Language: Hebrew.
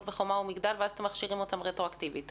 בחומה ומגדל ואז אתם מכשירים אותם רטרואקטיבית,